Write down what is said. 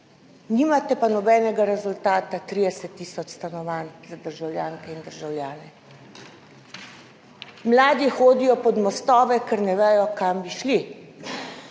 nimate pa nobenega rezultata 30 tisoč stanovanj za državljanke in državljane. Mladi hodijo pod mostove, ker ne vedo kam bi šli.